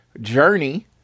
Journey